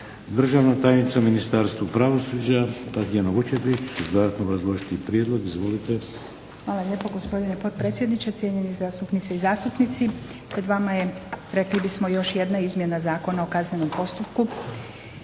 Državna tajnica u Ministarstvu pravosuđa Tatijana Vučetić će dodatno obrazložiti prijedlog. **Vučetić, Tatijana** Hvala lijepa gospodine potpredsjedniče, cijenjene zastupnice i zastupnici. Pred vama je rekli bismo još jedna izmjena Zakona o kaznenom postupku.